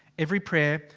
every prayer,